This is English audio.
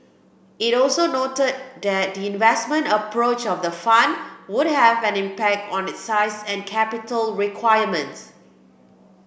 it also noted that the investment approach of the fund would have an impact on its size and capital requirements